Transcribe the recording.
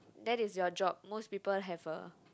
that is your job most people have a